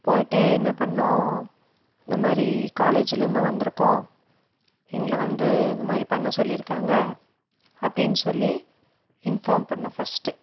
போய்ட்டு என்ன பண்ணோம் இந்த மாரி காலேஜுலிருந்து வந்திருக்கோம் எங்களை வந்து இந்த மாதிரி பண்ண சொல்லி இருக்காங்கள் அப்படின்னு சொல்லி இன்ஃபார்ம் பண்ணோம் ஃபஸ்ட்டு